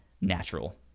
natural